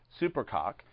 Supercock